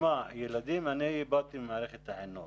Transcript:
אני באתי ממערכת החינוך.